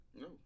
No